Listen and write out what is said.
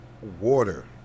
Water